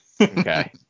Okay